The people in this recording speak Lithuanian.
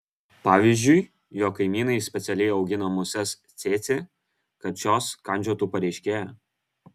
pavyzdžiui jog kaimynai specialiai augina muses cėcė kad šios kandžiotų pareiškėją